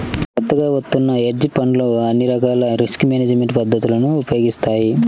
కొత్తగా వత్తున్న హెడ్జ్ ఫండ్లు అన్ని రకాల రిస్క్ మేనేజ్మెంట్ పద్ధతులను ఉపయోగిస్తాయి